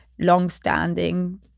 long-standing